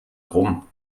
rum